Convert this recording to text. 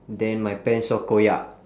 then my pants all koyak